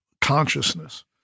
consciousness